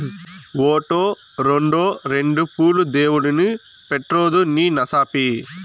ఓటో, రోండో రెండు పూలు దేవుడిని పెట్రాదూ నీ నసాపి